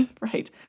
right